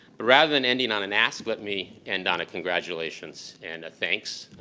rather than ending on an ask, let me end on a congratulations and a thanks.